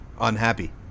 unhappy